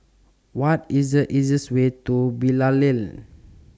What IS The easiest Way to Bilal Lane